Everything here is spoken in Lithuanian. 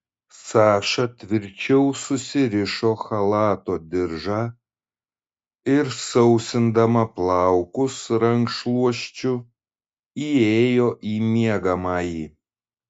saša tvirčiau susirišo chalato diržą ir sausindama plaukus rankšluosčiu įėjo į miegamąjį